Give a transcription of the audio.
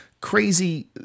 crazy